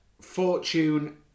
fortune